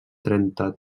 trenta